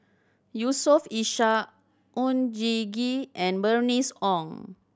Yusof Ishak Oon Jin Gee and Bernice Ong